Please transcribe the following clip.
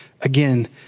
Again